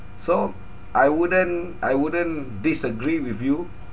so I wouldn't I wouldn't disagree with you